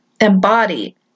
embody